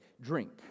drink